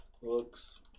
looks